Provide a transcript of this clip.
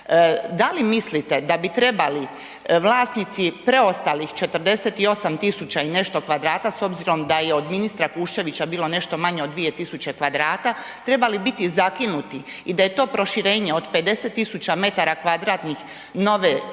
Da li mislite da bi trebali vlasnici preostalih 48.000 i nešto kvadrata s obzirom da je od ministra Kuščevića bilo nešto manje od 2.000 kvadrata trebali biti zakinuti i da je to proširenje od 50.000 m2 novih građevinskih zemljišta